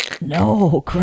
No